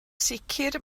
sicr